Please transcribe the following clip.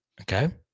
Okay